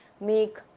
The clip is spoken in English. make